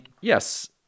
yes